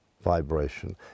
vibration